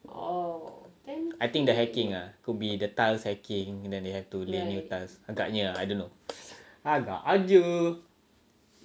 orh then I think the hacking ah could be the tiles hacking and then they have to lay new tiles agaknya I don't know agak jer